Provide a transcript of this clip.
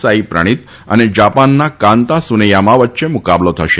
સાંઈપ્રણિત અને જાપાનના Kanta Tsuneyama વચ્ચે મુકાબલો થશે